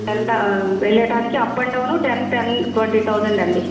వెళ్ళ వెళ్ళటానికి up and down ten ten twenty thousand అండి